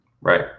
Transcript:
Right